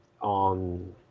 on